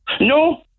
No